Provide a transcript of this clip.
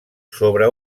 sobre